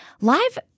Live